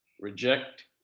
reject